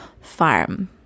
Farm